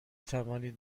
توانید